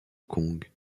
kong